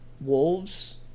Wolves